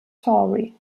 tory